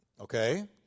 Okay